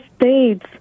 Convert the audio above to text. states